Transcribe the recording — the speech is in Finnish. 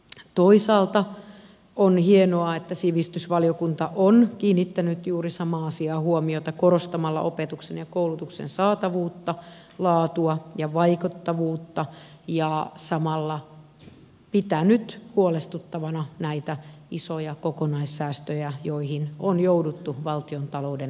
toisaalta on hienoa että sivistysvaliokunta on kiinnittänyt juuri samaan asiaan huomiota korostamalla opetuksen ja koulutuksen saatavuutta laatua ja vaikuttavuutta ja samalla pitänyt huolestuttavana näitä isoja kokonaissäästöjä joihin on jouduttu valtiontalouden tasapainottamiseksi